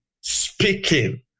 speaking